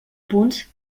punts